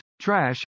trash